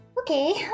Okay